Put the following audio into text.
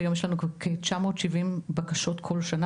והיום כבר יש לנו 970 בקשות שונות כל שנה.